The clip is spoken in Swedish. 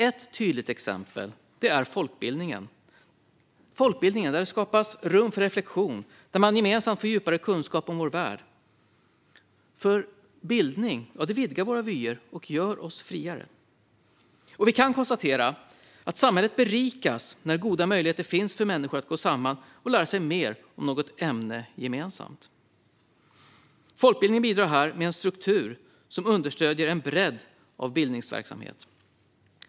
Ett tydligt exempel är folkbildningen, där det skapas rum för reflektion och där man gemensamt får djupare kunskap om vår värld. Bildning vidgar våra vyer och gör oss friare, och vi kan konstatera att samhället berikas när goda möjligheter finns för människor att gå samman och gemensamt lära sig mer om något ämne. Folkbildningen bidrar här med en struktur som understöder en bredd av bildningsverksamhet.